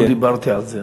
אתמול דיברתי על זה.